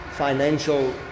financial